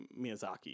Miyazaki